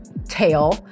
tail